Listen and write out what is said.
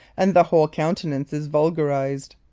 and the whole countenance is vulgarized.